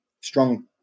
strong